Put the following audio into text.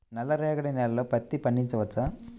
నల్ల రేగడి నేలలో పత్తి పండించవచ్చా?